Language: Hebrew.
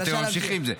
ואתם ממשיכים עם זה.